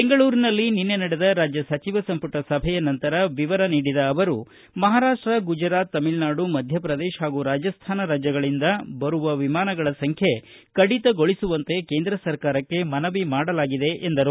ಬೆಂಗಳೂರಿನಲ್ಲಿ ನಿನ್ನೆ ನಡೆದ ರಾಜ್ಯ ಸಚಿವ ಸಂಪುಟ ಸಭೆಯ ನಂತರ ವಿವರ ನೀಡಿದ ಅವರು ಮಹಾರಾಷ್ಸ ಗುಜರಾತ್ ತಮಿಳುನಾಡು ಮಧ್ಯಪ್ರದೇಶ ಹಾಗೂ ರಾಜಸ್ತಾನ ರಾಜ್ಯಗಳಿಂದ ಬರುವ ವಿಮಾನಗಳ ಸಂಖ್ಯೆ ಕಡಿತಗೊಳಿಸುವಂತೆ ಕೇಂದ್ರ ಸರ್ಕಾರಕ್ಷೆ ಮನವಿ ಮಾಡಲಾಗಿದೆ ಎಂದರು